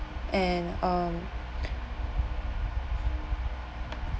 and um